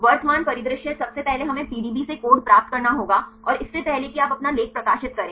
वर्तमान परिदृश्य सबसे पहले हमें पीडीबी से कोड प्राप्त करना होगा इससे पहले कि आप अपना लेख प्रकाशित करें